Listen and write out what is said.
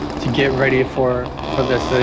to get ready for for this.